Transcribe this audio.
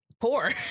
poor